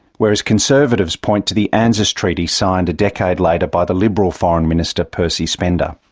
whereas conservatives point to the anzus treaty signed a decade later by the liberal foreign minister, percy spender.